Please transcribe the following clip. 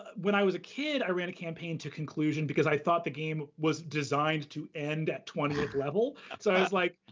when i was a kid, i ran a campaign to conclusion because i thought the game was designed to end at twentieth level, so i was like,